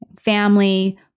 family